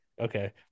okay